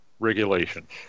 regulations